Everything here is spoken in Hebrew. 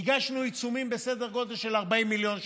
הטלנו עיצומים בסדר גודל של 40 מיליון שקל.